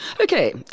Okay